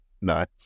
nice